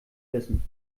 wissen